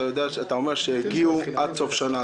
אתה אומר שיגיעו עד סוף שנה.